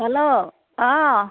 hello অঁ